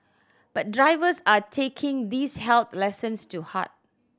but drivers are taking these health lessons to heart